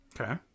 Okay